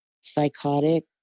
psychotic